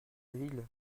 ville